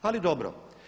Ali dobro.